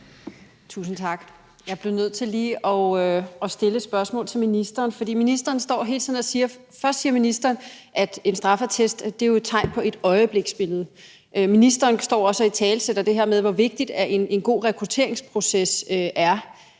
Tusind tak. Jeg bliver nødt til lige at stille et spørgsmål til ministeren, fordi ministeren står her og siger, at en straffeattest er et tegn på et øjebliksbillede. Ministeren står også og italesætter det her med, hvor vigtig en god rekrutteringsproces er,